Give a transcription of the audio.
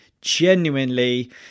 Genuinely